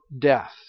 death